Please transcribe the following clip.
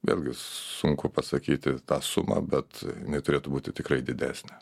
vėlgi sunku pasakyti tą sumą bet jinai turėtų būti tikrai didesnė